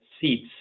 seats